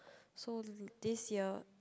so this year